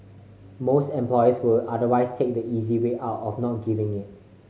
most employers will otherwise take the easy way out of not giving it